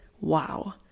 wow